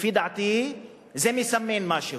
לפי דעתי זה מסמן משהו.